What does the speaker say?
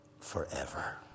forever